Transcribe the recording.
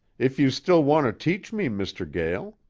if you still want to teach me, mr. gael.